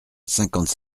cinquante